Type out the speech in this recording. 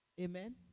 Amen